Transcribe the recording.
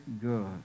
good